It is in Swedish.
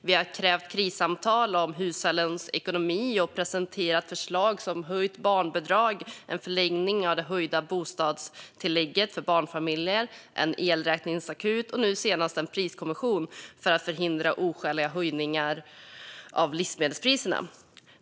Vi har krävt krissamtal om hushållens ekonomi och presenterat förslag såsom höjt barnbidrag, förlängning av det höjda bostadstillägget för barnfamiljer, en elräkningsakut och nu senast en priskommission för att förhindra oskäliga höjningar av livsmedelspriserna.